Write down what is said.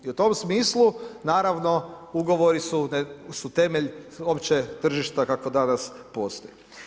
I u tom smislu naravno ugovori su temelj uopće tržišta kako danas postoji.